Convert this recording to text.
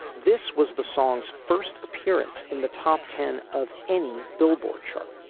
this was the song's first appearance in the top ten of any billboard chart.